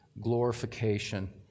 glorification